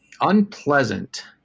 unpleasant